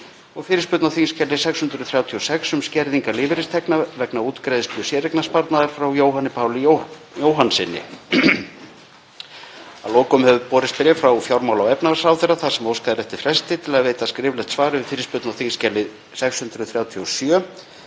og fyrirspurn á þskj. 636, um skerðingar lífeyristekna vegna útgreiðslu séreignarsparnaðar, frá Jóhanni Páli Jóhannssyni. Að lokum hefur borist bréf frá fjármála- og efnahagsráðherra þar sem óskað er eftir fresti til að veita skriflegt svar við fyrirspurn á þskj. 637,